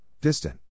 distant